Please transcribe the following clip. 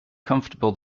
comfortable